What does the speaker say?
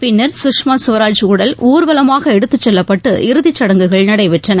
பின்னர் சுஷ்மா ஸ்வராஜ் உடல் ஊர்வலமாக எடுத்துச்செல்லப்பட்டு இறுதிச் சடங்குகள் நடைபெற்றன